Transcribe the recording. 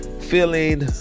feeling